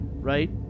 right